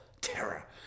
Terror